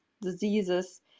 diseases